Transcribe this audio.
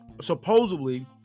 supposedly